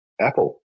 Apple